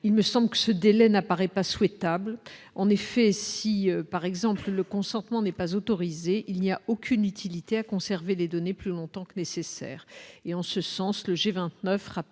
il me semble que ce délai n'apparaît pas souhaitable en effet si par exemple le consentement n'est pas autorisé, il n'y a aucune utilité à conserver les données plus longtemps que nécessaire et en ce sens, le G29 rappelle